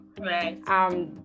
Right